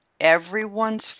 everyone's